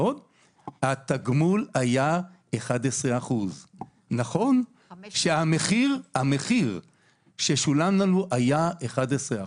והתגמול היה 11%. 5%. נכון שהמחיר ששולם לנו היה 11%,